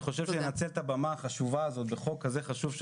אני חושב שלנצל את הבמה החשובה הזאת בחוק כזה חשוב,